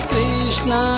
Krishna